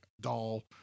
doll